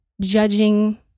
judging